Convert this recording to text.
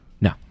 No